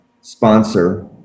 sponsor